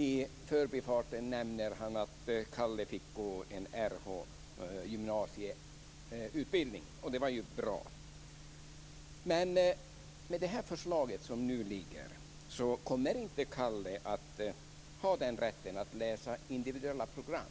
I förbifarten nämner han att Kalle fick gå en Rh-gymnasieutbildning. Det var ju bra. Men med det förslag som nu föreligger kommer Kalle inte att ha rätten att läsa individuella program.